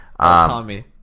Tommy